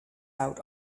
out